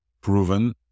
proven